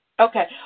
Okay